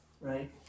right